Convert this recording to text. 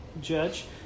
judge